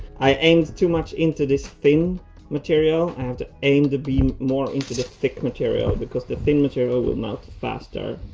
i aim too much into this thin material, i have aim to be more into the thick material, because the thin material will melt faster.